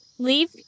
leave